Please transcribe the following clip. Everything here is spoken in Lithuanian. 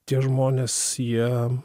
tie žmonės jie